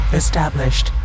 established